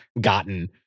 gotten